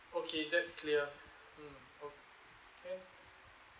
okay that's clear mm okay